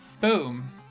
Boom